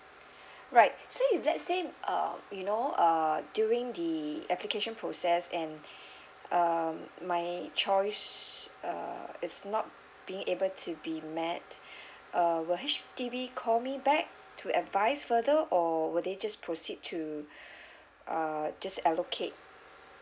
right so if let's say uh you know uh during the application process and um my choice uh it's not being able to be met uh will H_D_B call me back to advise further or would they just proceed to uh just allocate